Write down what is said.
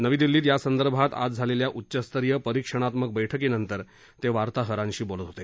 नवी दिल्लीत यासंदर्भात आज झालेल्या उच्चस्तरीय परिक्षणात्मक बैठकीनंतर ते वार्ताहरांशी बोलत होते